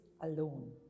alone